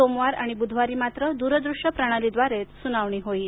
सोमवार आणि बुधवारी मात्र दूरदृश्य प्रणालीद्वारेच सुनावणी होईल